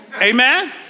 Amen